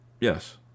Yes